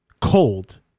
cold